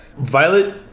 Violet